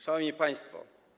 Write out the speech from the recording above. Szanowni Państwo!